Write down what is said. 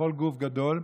בכל גוף גדול,